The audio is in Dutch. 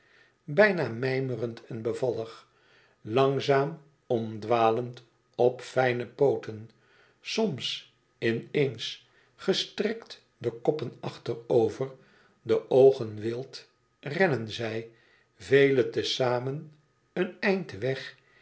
bijna mijmerend en bevallig langzaam omdwalend op fijne pooten soms in eens gestrekt de koppen achterover de oogen wild rennen zij vele te zamen een eind weg